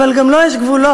אבל גם לו יש גבולות,